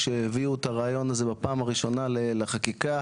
כשהביאו את הרעיון הזה בפעם הראשונה לחקיקה.